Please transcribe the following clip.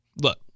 Look